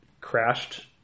crashed